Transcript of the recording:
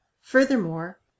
Furthermore